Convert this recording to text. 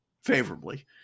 favorably